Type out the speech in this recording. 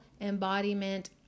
embodiment